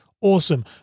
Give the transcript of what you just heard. Awesome